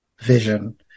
vision